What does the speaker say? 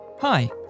Hi